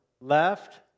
left